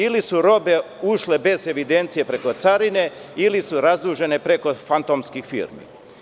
Ili su robe ušle bez evidencije preko carine, ili su razdužene preko fantomskih firmi.